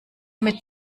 mit